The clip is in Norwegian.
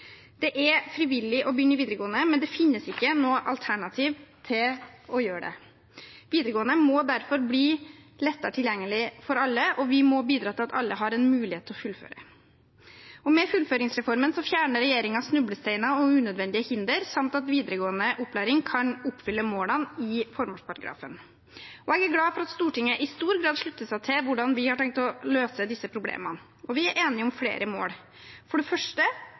Det er frivillig å begynne i videregående, men det finnes ikke noe alternativ til ikke å gjøre det. Videregående må derfor bli lettere tilgjengelig for alle, og vi må bidra til at alle har en mulighet til å fullføre. Med fullføringsreformen fjerner regjeringen snublesteiner og unødvendige hindre, sånn at videregående opplæring kan oppfylle målene i formålsparagrafen. Jeg er glad for at Stortinget i stor grad slutter seg til hvordan vi har tenkt å løse disse problemene. Vi er enige om flere mål: For det første